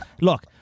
Look